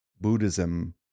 Buddhism